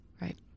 Right